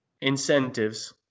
incentives